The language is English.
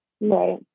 Right